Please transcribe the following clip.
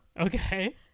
okay